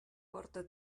porta